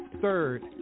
third